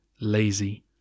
lazy